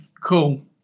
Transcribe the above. cool